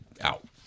out